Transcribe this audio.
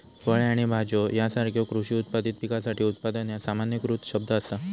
फळे आणि भाज्यो यासारख्यो कृषी उत्पादित पिकासाठी उत्पादन ह्या सामान्यीकृत शब्द असा